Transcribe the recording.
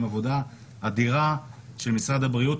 עם עבודה אדירה של משרד הבריאות,